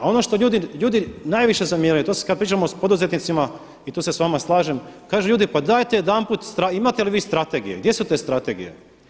A ono što ljudi, ljudi najviše zamjeraju, to se, kada pričamo sa poduzetnicima i tu se s vama slažem, kažu ljudi pa dajte jedanput, imate li vi strategije, gdje su te strategije.